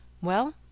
Well